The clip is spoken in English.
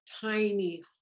tiny